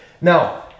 now